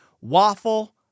waffle